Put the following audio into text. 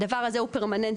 הדבר הזה הוא פרמננטי,